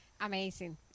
Amazing